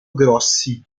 grossi